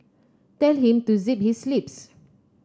tell him to zip his lips